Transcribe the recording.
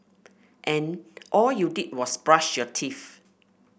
and all you did was brush your teeth